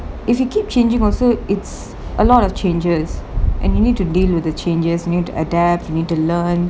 if you keep changing also its a lot of changes and you need to deal with the changes need to adapt you need to learn